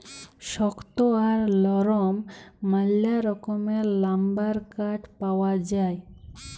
শক্ত আর লরম ম্যালা রকমের লাম্বার কাঠ পাউয়া যায়